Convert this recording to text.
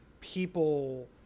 people